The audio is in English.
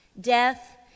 Death